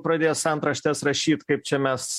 pradės antraštes rašyt kaip čia mes